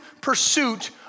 pursuit